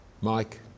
Mike